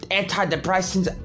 antidepressants